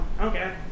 okay